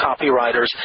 copywriters